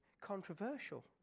controversial